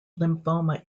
lymphoma